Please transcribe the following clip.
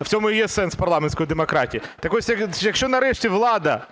і в цьому є сенс парламентської демократії. Так ось, якщо нарешті влада